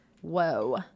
Whoa